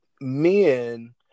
men